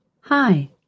Hi